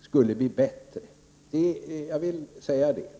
skulle bli bättre än den nuvarande lagstiftningen.